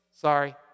sorry